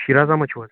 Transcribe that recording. شیٖراز احمد چھِو حظ